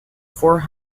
for